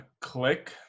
Click